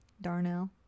Darnell